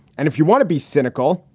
and if you want to be cynical,